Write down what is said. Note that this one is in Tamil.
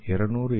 200 என்